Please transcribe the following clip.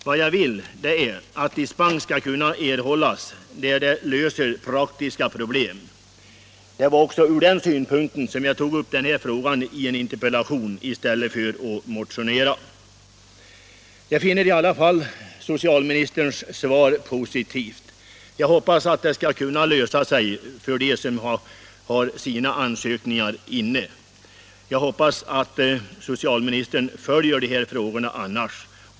Vad jag vill är att dispens skall kunna erhållas när det löser praktiska problem. Det var också ur den synpunkten jag tog upp den här frågan i en interpellation i stället för att motionera. Jag finner i alla fall socialministerns svar positivt och hoppas att problemet skall kunna lösa sig för dem som har sina ansökningar inne; jag utgår ifrån att socialministern annars följer de här frågorna.